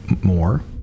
more